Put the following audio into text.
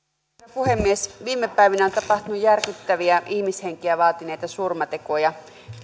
puhemies viime päivinä on tapahtunut järkyttäviä ihmishenkiä vaatineita surmatekoja